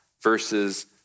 versus